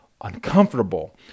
uncomfortable